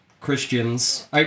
Christians